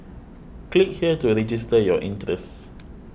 click here to register your interest